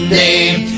name